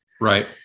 Right